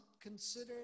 consider